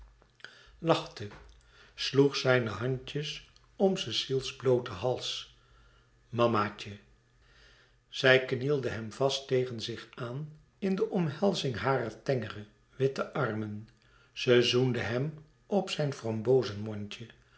lachte sloeg zijne handjes om cecile's blooten hals mama tje zij knelde hem vast tegen zich aan in de omhelzing harer tengere witte armen ze zoende hem op zijn